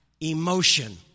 emotion